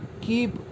keep